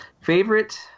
Favorite